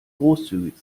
großzügig